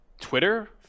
Twitter